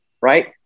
Right